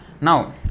Now